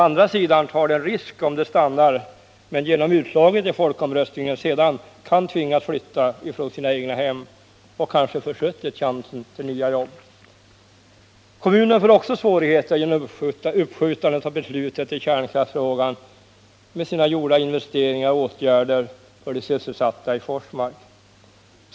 Å andra sidan löper de en risk, om de stannar, att genom utslaget i folkomröstningen tvingas flytta från sina egnahem och då kanske ha försuttit chansen att få nya jobb. Kommunen får också svårigheter genom uppskjutandet av beslutet i kärnkraftsfrågan, med sina gjorda investeringar och åtgärder för de sysselsatta i Forsmark.